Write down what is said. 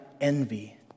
envy